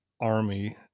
army